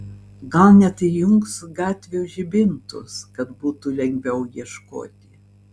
gal net įjungs gatvių žibintus kad būtų lengviau ieškoti